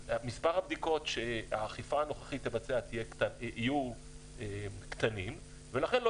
מספר הבדיקות שהאכיפה הנוכחית תבצע יהיה קטן ולכן לא